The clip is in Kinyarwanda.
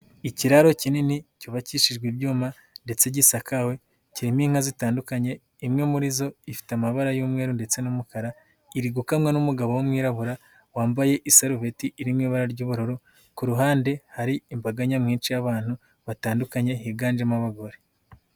Ikiraro kinini cyubakishijwe ibyuma ndetse gisakawe kirimo inka zitandukanye, imwe muri zo ifite amabara y'umweru ndetse n'umukara, iri gukamwa n'umugabo w'umwirabura wambaye iserubeti iri mu ibara ry'ubururu, ku ruhande hari imbaga nyamwinshi y'abantu batandukanye higanjemo abagore.